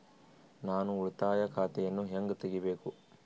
ನಾನು ಉಳಿತಾಯ ಖಾತೆಯನ್ನು ಹೆಂಗ್ ತಗಿಬೇಕು?